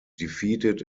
defeated